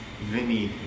Vinny